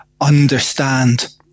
understand